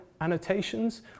annotations